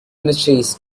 mysteries